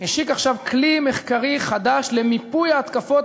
השיק עכשיו כלי מחקרי חדש למיפוי ההתקפות